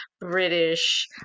british